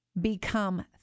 become